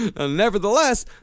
Nevertheless